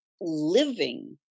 living